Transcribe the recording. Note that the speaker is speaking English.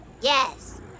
Yes